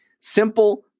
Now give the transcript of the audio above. Simple